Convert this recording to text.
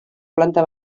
planta